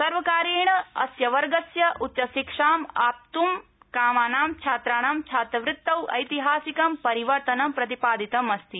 सर्वकारेण वर्गस्यास्य उच्चशिक्षामवाप्त्कामानां छात्राणां छात्रवृत्रौ ऐतिहासिकं परिवर्तनम् प्रतिपादितमस्ति